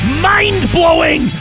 mind-blowing